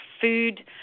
food